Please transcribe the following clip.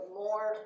more